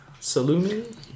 Salumi